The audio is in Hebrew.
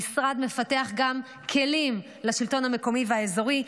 המשרד מפתח גם כלים לשלטון המקומי והאזורי,